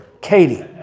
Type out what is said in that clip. Katie